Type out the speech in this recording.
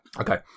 Okay